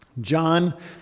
John